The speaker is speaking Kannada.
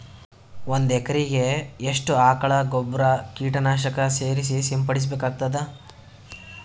ಒಂದು ಎಕರೆಗೆ ಎಷ್ಟು ಆಕಳ ಗೊಬ್ಬರ ಕೀಟನಾಶಕ ಸೇರಿಸಿ ಸಿಂಪಡಸಬೇಕಾಗತದಾ?